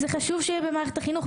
זה חשוב שיהיה במערכת החינוך?